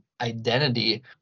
identity